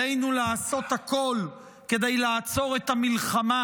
עלינו לעשות הכול כדי לעצור את המלחמה